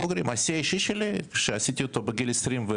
השיא האישי שלי שעשיתי אותו בגיל 21